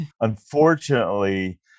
unfortunately